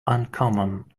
uncommon